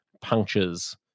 punctures